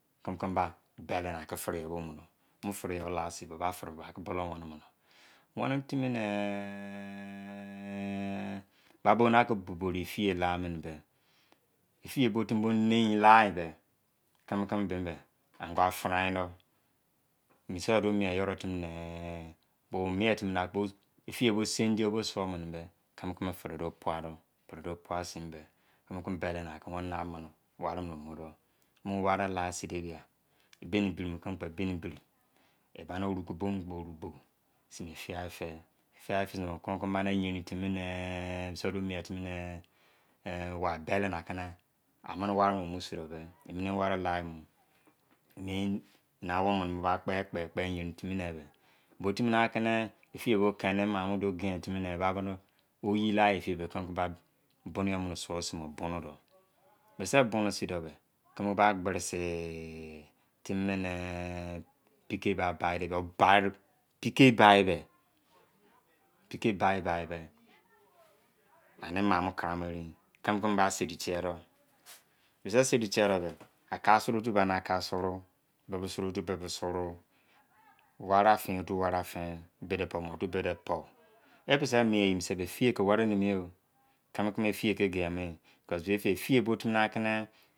Kimi-kimi ba deri na ki firi yobo mu do. Mu firi yo la sin boba firii kon budou weni mo no. Weni timi ne, ba bo na ki boborou efiye la mini be. Ifiyee bo timi bo nein la e be, kimi-kimi bemi be, ango a frain do. Bisi yo be mein yoro timi ne, wo mein timi ne, efiye bo sindiye bosou mini be, kimi-kimi firi duo pua do. Firi duo pua sin bo. Kimi-kimi beli naka ni mini wari mini mu do. Mu wari la sin de biri. E bani wuru ki boum kpo, wuru bou sin ne e fiyaifi. E fiyai fi sin ne, o ko kon mani yerin timi ne, bisi yo duo mien timi ne, e wa beli na ki ni a mini wari mini o mu sin do be, imini mu wari la e mo, emo eni awou mimi, ba kpe-kpe-kpe yerin timi ni be. Bo mu timi aki ifiye bo kemi, maamo duo gein timi ne e babo do oyi la yi ifiye be, kimi kpo ba bunu yo mini suo sin do. Bunu do. Bisi bunu sin do be, kimi ba gbrisi timi mini pikei ba bai de bia. Bai, pikei bai be. Pikei bai, bai be, ani maamo karamo erein. Kimi-kimi ba seri tie do. Bisi serio tie do be aka suru-otu bani aka suru. Bibi suru-otu bibi suru. Wari afin-otu wari afin. Bide pouu mo tu bide pou. E bise mien mo eyi mose be, ifiye ki weri.